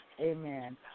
Amen